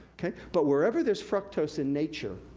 but, wherever there's fructose in nature,